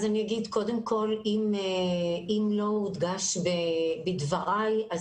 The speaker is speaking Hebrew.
אם לא הודגש בדבריי,